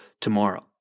tomorrow